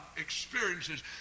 experiences